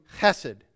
chesed